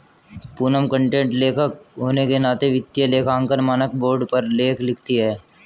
Poonam content लेखक होने के नाते वित्तीय लेखांकन मानक बोर्ड पर लेख लिखती है